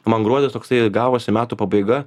man gruodis toksai gavosi metų pabaiga